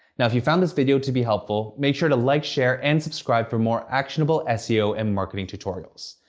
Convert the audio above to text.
now, if you found this video to be helpful, make sure to like, share and subscribe for more actionable seo and marketing tutorials.